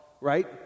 right